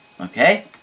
okay